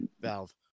Valve